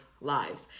lives